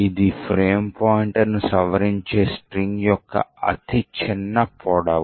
ఇది ఫ్రేమ్ పాయింటర్ను సవరించే స్ట్రింగ్ యొక్క అతి చిన్న పొడవు